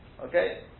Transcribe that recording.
Okay